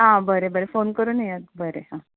आ बरें बरें फोन करून येयात बरें आ